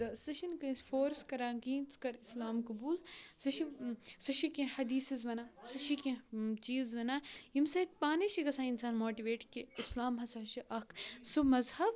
تہٕ سُہ چھِنہٕ کٲنٛسہِ فورٕس کَران کِہیٖنۍ ژٕ کَر اِسلام قبوٗل سُہ چھِ سُہ چھِ کینٛہہ ہدیٖثٕز وَنان سُہ چھِ کینٛہہ چیٖز وَنان ییٚمہِ سۭتۍ پانَے چھِ گژھان اِنسان ماٹویٹ کہِ اِسلام ہَسا چھُ اَکھ سُہ مذہب